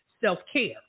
self-care